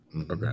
Okay